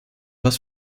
was